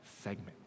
segment